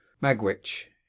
Magwitch